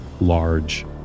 large